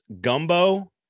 gumbo